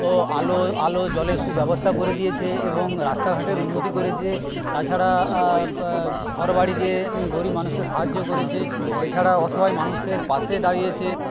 ও আলো আলো জলের সুব্যবস্থা করে দিয়েছে এবং রাস্তাঘাটের উন্নতি করেছে তাছাড়া ঘর বাড়ি দিয়ে গরিব মানুষকে সাহায্য করেছে এছাড়া অসহায় মানুষের পাশে দাঁড়িয়েছে